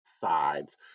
sides